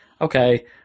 okay